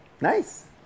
Nice